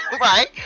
Right